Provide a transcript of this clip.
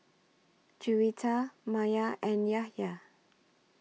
Juwita Maya and Yahya